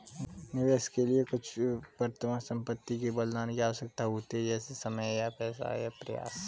निवेश के लिए कुछ वर्तमान संपत्ति के बलिदान की आवश्यकता होती है जैसे कि समय पैसा या प्रयास